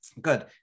good